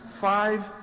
five